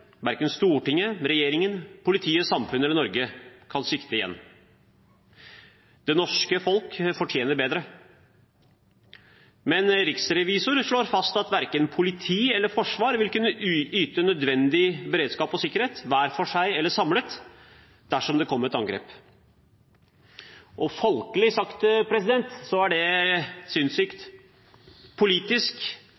Verken Stortinget, regjeringen, politiet, samfunnet eller Norge kan svikte igjen. Det norske folk fortjener bedre, men riksrevisoren slår fast at verken politi eller forsvar vil kunne yte nødvendig beredskap og sikkerhet, hver for seg eller samlet, dersom det kommer et angrep. Folkelig sagt er det